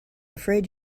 afraid